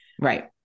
Right